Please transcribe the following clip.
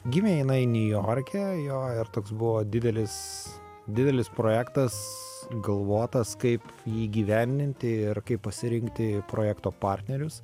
gimė jinai niujorke jo ir toks buvo didelis didelis projektas galvotas kaip jį įgyvendinti ir kaip pasirinkti projekto partnerius